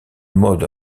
mode